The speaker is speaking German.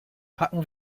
packen